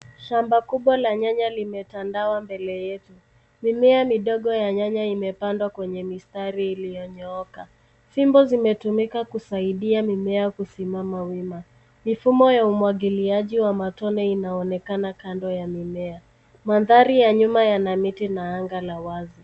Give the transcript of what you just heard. Shamba kubwa la nyanya limetanda mbele yetu. Mimea midogo ya nyanya imepandwa kwenye mistari iliyonyooka. Fimbo zimetumika kusidia mimea kusimama wima. Mifumo ya umwagiliaji wa matone inaonekana kando ya mimea. Mandhari ya nyuma yana miti na anga la wazi.